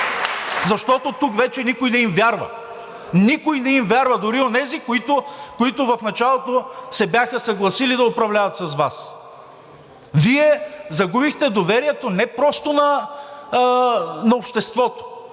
Защото тук вече никой не им вярва. Никой не им вярва, дори онези, които в началото се бяха съгласили да управляват с Вас. Вие загубихте доверието не просто на обществото!